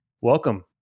welcome